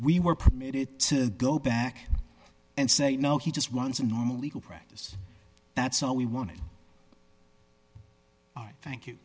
we were permitted to go back and say no he just wants a normal legal practice that's all we wanted i thank you